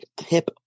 hip